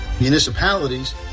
municipalities